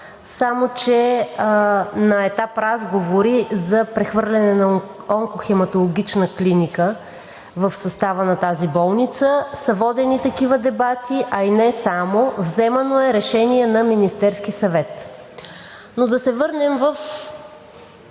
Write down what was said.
само че на етап разговори за прехвърляне на Хематологична клиника в състава на тази болница са водени такива дебати, а и не само, вземано е решение на Министерския съвет. Но да се върнем в